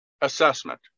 assessment